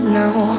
now